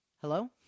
Hello